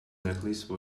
necklace